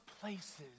places